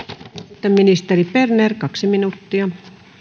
sitten ministeri berner kaksi minuuttia